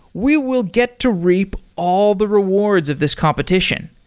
we will get to reap all the rewards of this competition.